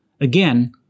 Again